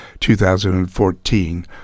2014